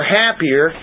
happier